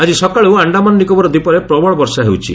ଆଜି ସକାଳୁ ଆଶ୍ଡାମାନ ନିକୋବର ଦୀପରେ ପ୍ରବଳ ବର୍ଷା ହେଉଛି